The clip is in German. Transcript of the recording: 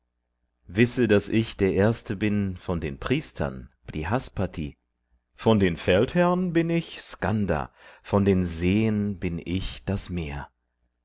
wisse daß ich der erste bin von den priestern brihaspati von den feldherrn bin ich skanda von den seen bin ich das meer